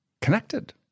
connected